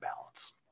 balance